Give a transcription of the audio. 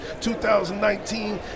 2019